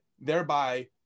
thereby